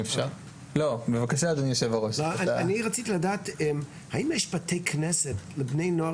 --- אני רציתי לדעת האם יש בתי כנסת לבני נוער